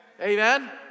Amen